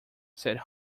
said